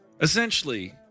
Essentially